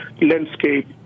landscape